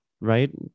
Right